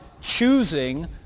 choosing